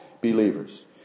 believers